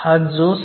37 आहे जे 0